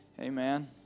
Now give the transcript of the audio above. Amen